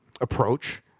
approach